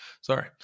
Sorry